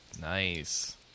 Nice